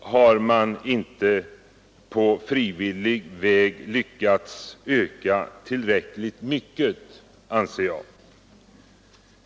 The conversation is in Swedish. har man inte på frivillig väg lyckats öka tillräckligt mycket, anser jag.